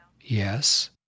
yes